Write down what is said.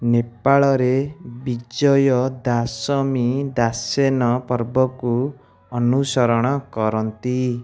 ନେପାଳରେ ବିଜୟ ଦାସମୀ ଦାସେନ ପର୍ବକୁ ଅନୁସରଣ କରନ୍ତି